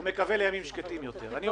הוא מקווה לימים שקטים יותר.